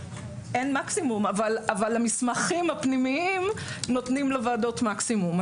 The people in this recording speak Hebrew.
אין מקסימום אבל המסמכים הפנימיים נותנים לוועדות מקסימום.